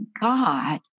God